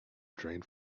drained